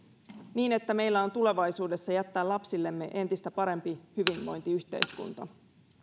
niin että meillä on tulevaisuudessa jättää lapsillemme entistä parempi hyvinvointiyhteiskunta